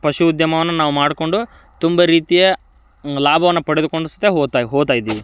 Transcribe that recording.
ಪಶು ಉದ್ಯಮವನ್ನು ನಾವು ಮಾಡಿಕೊಂಡು ತುಂಬ ರೀತಿಯ ಲಾಭವನ್ನು ಪಡೆದುಕೊಂಡ್ತ ಹೊತಾಯಿ ಹೋಗ್ತಾ ಇದ್ದೀವಿ